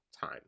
time